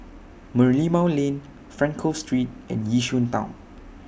Merlimau Lane Frankel Street and Yishun Town